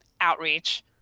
outreach